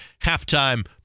halftime